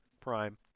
prime